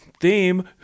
theme